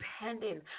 depending